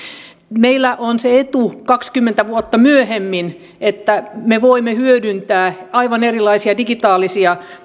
meillä on kaksikymmentä vuotta myöhemmin se etu että me voimme hyödyntää aivan erilaisia digitaalisia